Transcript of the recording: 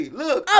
look